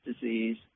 disease